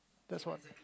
that's what